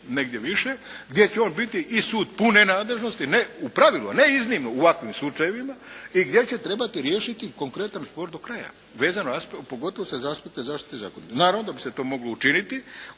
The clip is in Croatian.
negdje više, gdje će on biti i sud pune nadležnosti, ne u pravilu, ne iznimno u ovakvim slučajevima i gdje će trebati riješiti konkretan spor do kraja vezano pogotovo sa aspekta zaštite zakonitosti. Naravno da bi se to moglo učiniti